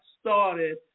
started